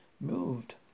moved